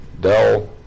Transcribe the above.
Dell